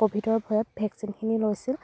ক'ভিডৰ ভয়ত ভেকচিনখিনি লৈছিল